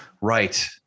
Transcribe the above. right